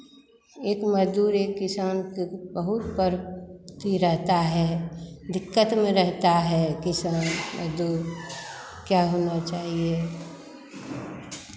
एक मज़दूर एक किसान के बहुत पर ती रहता है दिक्कत में रहता है किसान मज़दूर क्या होना चाहिए